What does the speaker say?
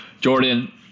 Jordan